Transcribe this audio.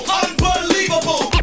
unbelievable